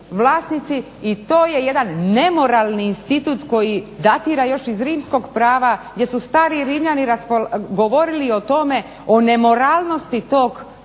vlasnici i to je nemoralni institut koji datira još iz rimskog prava gdje su stari Rimljani govorili o nemoralnosti tog